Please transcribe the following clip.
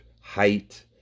height